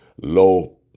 low